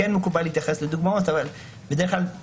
כן מקובל להתייחס לדוגמאות אבל בדרך כלל